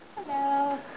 hello